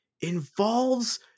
involves